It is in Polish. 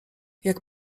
jak